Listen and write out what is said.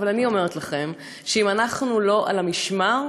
אבל אני אומרת לכם שאם אנחנו לא על המשמר,